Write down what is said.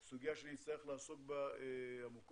זו סוגיה שנצטרך לעסוק בה לעומק.